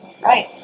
Right